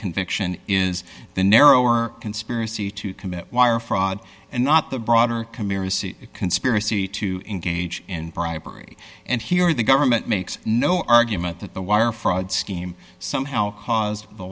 conviction is the narrower conspiracy to commit wire fraud and not the broader conspiracy to engage in primary and here the government makes no argument that the wire fraud scheme somehow caused the